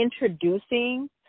introducing